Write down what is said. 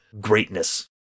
greatness